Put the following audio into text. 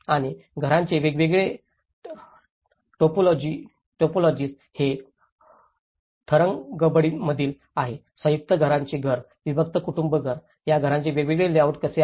आणि घरांचे वेगवेगळे टाईपोलॉजीज हे थरंगंबडीमध्ये आहे आणि संयुक्त घरांचे घर विभक्त कुटुंब घर या घराचे वेगवेगळे लेआउट कसे आहेत